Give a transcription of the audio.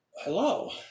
Hello